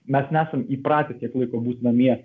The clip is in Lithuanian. mes nesam įpratę tiek laiko būt namie